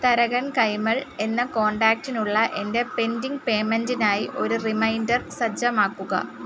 തരകൻ കൈമൾ എന്ന കോൺടാക്റ്റിനുള്ള എൻ്റെ പെൻഡിംഗ് പേയ്മെൻറ്റിനായി ഒരു റിമൈൻഡർ സജ്ജമാക്കുക